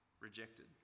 rejected